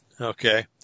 Okay